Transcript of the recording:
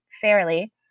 fairly